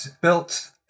built